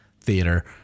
theater